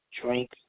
drink